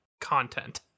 content